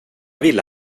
ville